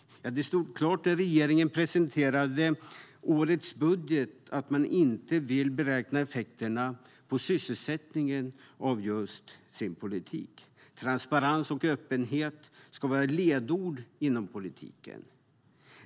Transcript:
Det stod klart när regeringen presenterade årets budget att man inte vill beräkna effekterna på sysselsättningen av sin politik. Transparens och öppenhet ska vara ledord inom politiken.